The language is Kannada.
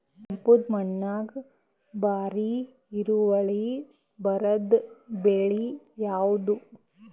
ಕೆಂಪುದ ಮಣ್ಣಾಗ ಭಾರಿ ಇಳುವರಿ ಬರಾದ ಬೆಳಿ ಯಾವುದು?